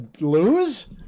lose